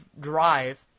drive